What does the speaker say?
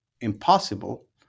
impossible